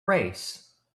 race